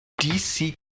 DC